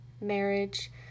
marriage